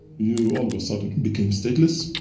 you all of a sudden became stateless,